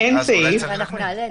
אין סעיף כזה, אבל אנחנו נעלה.